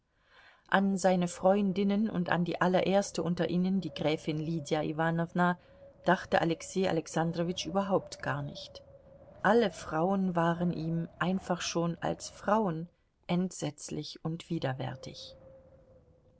an seine freundinnen und an die allererste unter ihnen die gräfin lydia iwanowna dachte alexei alexandrowitsch überhaupt gar nicht alle frauen waren ihm einfach schon als frauen entsetzlich und widerwärtig